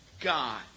God